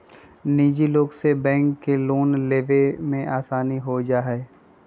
निजी लोग से बैंक के लोन देवे में आसानी हो जाहई